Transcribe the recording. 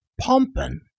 pumping